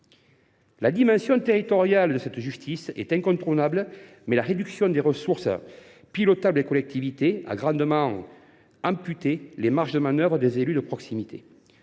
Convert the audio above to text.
La dimension territoriale de cette justice est incontournable, mais la réduction des ressources pilotables des collectivités a grandement amputé les marges de manœuvre des élus de proximité.